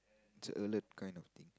it's an alert kind of thing